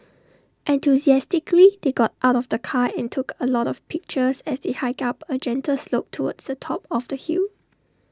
enthusiastically they got out of the car and took A lot of pictures as they hiked up A gentle slope towards the top of the hill